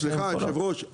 סליחה היושב ראש,